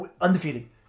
Undefeated